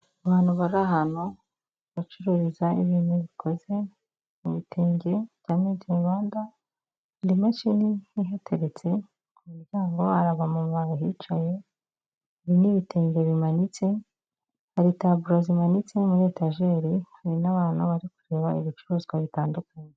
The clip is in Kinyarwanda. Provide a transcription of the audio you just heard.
Abantu bari ahantu bacururiza ibintu bikoze mu bitenge bya medi ini Rwanda, hari imashini ihateretse, ku muryango hari abamama bahicaye, hari n'ibitenge bimanitse, hari taburo zimanitse muri etajeri, hari n'abantu bari kureba ibicuruzwa bitandukanye.